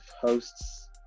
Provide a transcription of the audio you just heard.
hosts